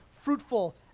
fruitful